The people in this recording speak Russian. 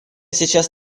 сейчас